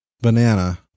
banana